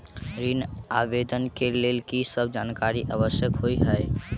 ऋण आवेदन केँ लेल की सब जानकारी आवश्यक होइ है?